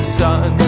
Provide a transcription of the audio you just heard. sun